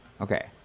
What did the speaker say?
Okay